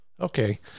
Okay